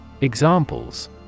Examples